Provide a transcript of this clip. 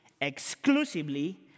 exclusively